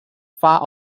far